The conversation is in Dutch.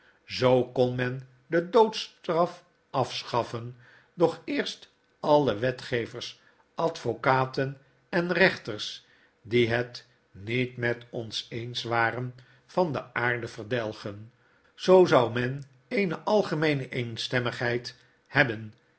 zoo kon men de doodstraf afschaffen doch eerst alle wetgevers advocaten en rechters die het niet met ons eens waren van de aarde verdelgen zoo zou men eene algemeene eenstemmigheid hebben